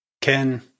Ken